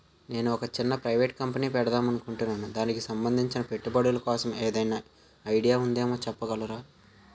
నేను ఒక చిన్న ప్రైవేట్ కంపెనీ పెడదాం అనుకుంటున్నా దానికి సంబందించిన పెట్టుబడులు కోసం ఏదైనా ఐడియా ఉందేమో చెప్పగలరా?